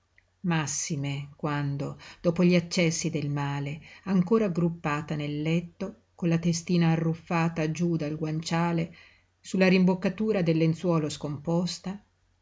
massime quando dopo gli accessi del male ancora aggruppata nel letto con la testina arruffata giú dal guanciale su la rimboccatura del lenzuolo scomposta